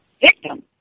victim